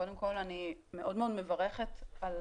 קודם כל אני מאוד מברכת על